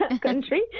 Country